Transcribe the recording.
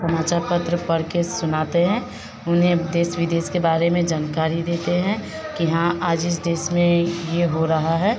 समाचार पत्र पढ़ के सुनाते हैं उन्हें देश विदेश के बारे में जनकारी देते हैं कि हाँ आज इस देश में यह हो रहा है